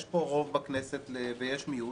יש פה רוב בכנסת ויש מיעוט.